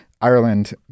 Ireland